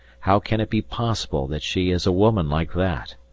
how can it be possible that she is a woman like that?